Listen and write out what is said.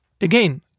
again